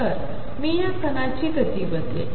तर मीयाकणाचीगतीबदलेन